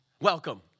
Welcome